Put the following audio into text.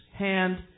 Hand